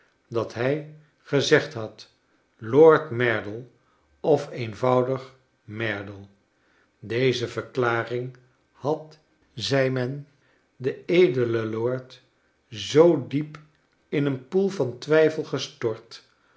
dat hij gezegd had lord merdle of eenvoudig merdle deze verklaring had zei men den edelen lord zoo diep in een poel van twijfel gestort